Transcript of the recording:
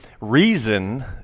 reason